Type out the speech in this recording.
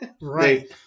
Right